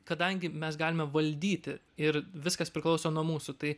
kadangi mes galime valdyti ir viskas priklauso nuo mūsų tai